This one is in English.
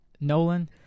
nolan